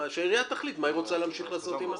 שהעירייה תחליט מה היא רוצה להמשיך לעשות עם התיק.